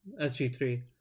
SG3